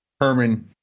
Herman